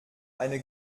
eine